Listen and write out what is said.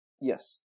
Yes